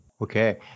Okay